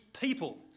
people